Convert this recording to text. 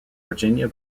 virginia